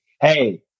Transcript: Hey